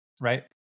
right